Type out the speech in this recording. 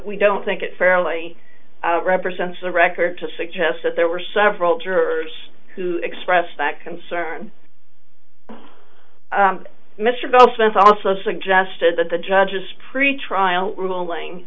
we don't think it fairly represents the record to suggest that there were several jurors who expressed that concern mr go sense also suggested that the judge's pretrial ruling